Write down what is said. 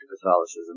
Catholicism